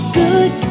good